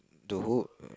the whole